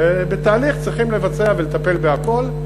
בתהליך צריך לבצע ולטפל בכול,